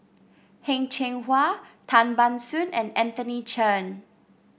Heng Cheng Hwa Tan Ban Soon and Anthony Chen